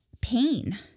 pain